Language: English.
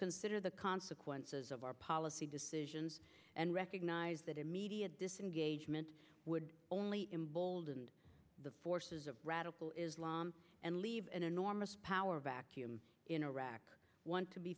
consider the consequences of our policy decisions and recognize that immediate disengagement would only emboldened the forces of radical islam and leave an enormous power vacuum in iraq want to be